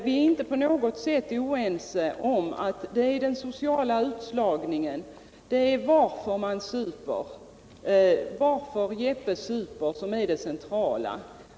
Vi är inte på något sätt oense om att det är varför Jeppe super som är det centrala.